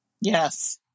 Yes